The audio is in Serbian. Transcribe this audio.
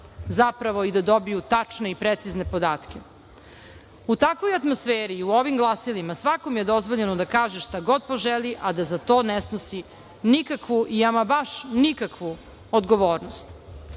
zapravo i da dobiju tačne i precizne podatke. U takvoj atmosferi i u ovim glasilima svakome je dozvoljeno da kaže šta god poželi, a da za to ne snosi nikakvu i ama baš nikakvu odgovornost. Bivši